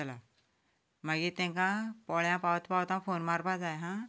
चलात मागीर तांकां पोळ्यां पावता पावता फोन मारपाक जाय हां